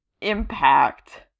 impact